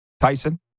Tyson